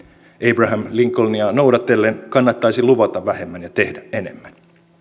abraham lincolnia noudatellen kannattaisi luvata vähemmän ja tehdä enemmän